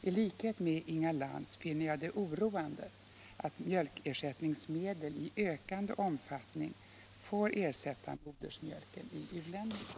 I likhet med Inga Lantz finner jag det oroande att mjölkersättningsmedel i ökande omfattning får ersätta modersmjölken i u-länderna.